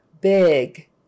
big